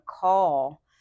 call